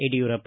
Yediyurappa